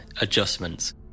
adjustments